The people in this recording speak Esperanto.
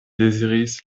deziris